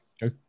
Go